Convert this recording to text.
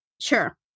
Sure